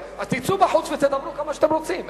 אז תצאו ותדברו כמה שאתם רוצים.